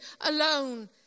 alone